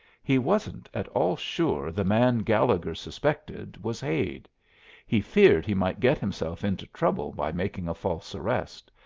he wasn't at all sure the man gallegher suspected was hade he feared he might get himself into trouble by making a false arrest,